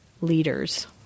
leaders